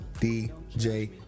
DJ